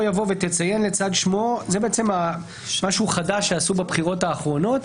זה משהו חדש שעשו בבחירות האחרונות,